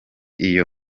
iyo